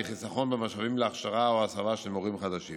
חיסכון במשאבים להכשרה או הסבה של מורים חדשים